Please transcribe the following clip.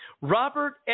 Robert